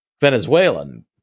Venezuelan